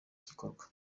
gikorwa